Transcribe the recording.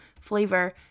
flavor